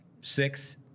six